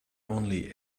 only